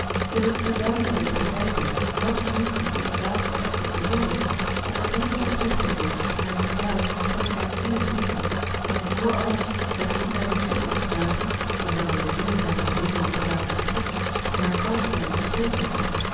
zij wenschte duidelijker te begrijpen wat lucy inderdaad voor edward gevoelde of er eenige oprechtheid was in haar verklaring dat zij hem innig liefhad en vr alles wenschte zij lucy te overtuigen door haar bereidwilligheid om weer over de zaak te beginnen en haar kalmte bij het bespreken ervan